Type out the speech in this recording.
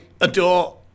adore